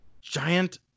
Giant